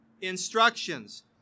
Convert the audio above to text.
instructions